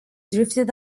drifted